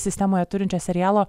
sistemoje turinčio serialo